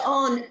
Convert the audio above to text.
on